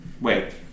Wait